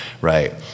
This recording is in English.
right